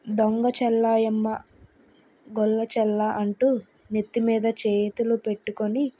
దొంగ చెల్లాయమ్మ గొల్ల చల్ల అంటూ నెత్తి మీద చేతులు పెట్టుకొని